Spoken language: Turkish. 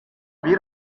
bir